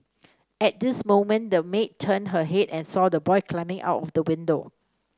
at this moment the maid turned her head and saw the boy climbing out of the window